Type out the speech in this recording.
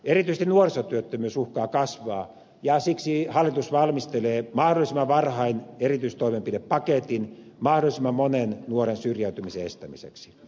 erityisesti nuorisotyöttömyys uhkaa kasvaa ja siksi hallitus valmistelee mahdollisimman varhain erityistoimenpidepaketin mahdollisimman monen nuoren syrjäytymisen estämiseksi